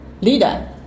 leader